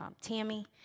Tammy